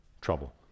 trouble